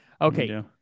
Okay